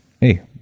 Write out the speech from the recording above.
Hey